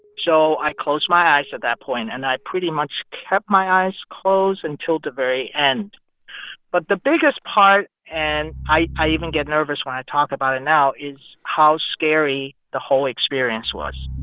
so i closed my eyes at that point, and i pretty much kept my eyes closed until the very end but the biggest part and i i even get nervous when i talk about it now is how scary the whole experience was.